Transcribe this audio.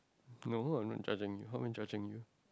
no I'm not judging how am I judging you